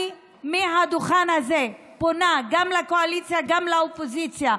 אני מהדוכן הזה פונה גם לקואליציה וגם לאופוזיציה: